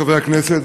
חברי הכנסת,